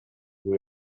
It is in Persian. روی